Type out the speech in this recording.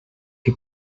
que